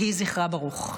יהי זכרה ברוך.